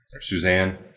Suzanne